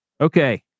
Okay